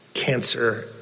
cancer